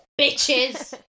bitches